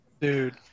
Dude